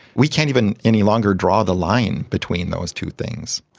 we can't even any longer draw the line between those two things.